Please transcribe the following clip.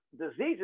diseases